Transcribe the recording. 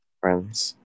friends